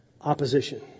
opposition